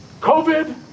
COVID